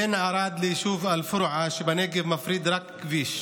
בין ערד ליישוב אל-פורעה שבנגב מפריד רק כביש,